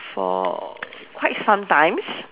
for quite some times